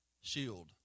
shield